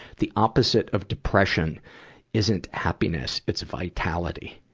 the opposite of depression isn't happiness it's vitality.